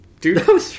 Dude